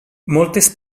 moltes